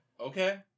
Okay